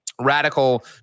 radical